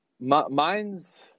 Mine's